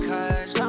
Cause